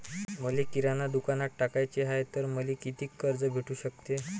मले किराणा दुकानात टाकाचे हाय तर मले कितीक कर्ज भेटू सकते?